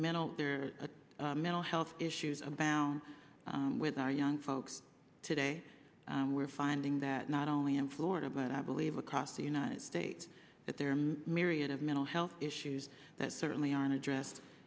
mental or the mental health issues abound with our young folks today we're finding that not only in florida but i believe across the united states that there are myriad of mental health issues that certainly aren't address